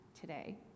today